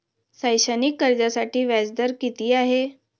शैक्षणिक कर्जासाठी व्याज दर किती आहे?